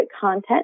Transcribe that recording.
content